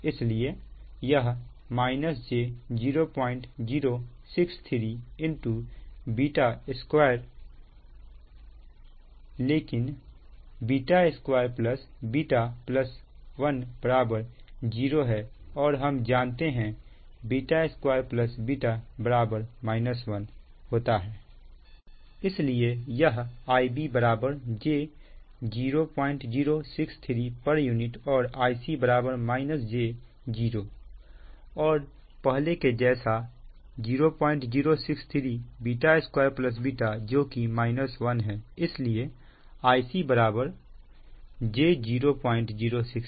इसलिए यह j0063β2 β लेकिन β2 β10 है और हम जानते हैं β2 β 1 इसलिए यह Ib j0063 pu और Ic j0 और पहले के जैसा 0063β2 βजो कि 1 है इसलिए Ic j0063